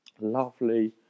lovely